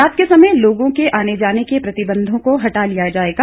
रात के समय लोगों के आने जाने के प्रतिबंधों को हटा लिया जाएगा